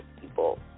people